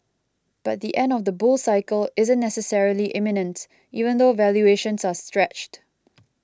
but the end of the bull cycle isn't necessarily imminent even though valuations are stretched